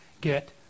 get